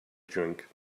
drink